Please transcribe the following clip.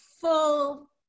full